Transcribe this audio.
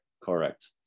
Correct